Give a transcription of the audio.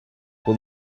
will